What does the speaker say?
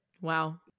Wow